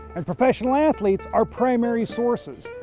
and professional athletes are primary sources.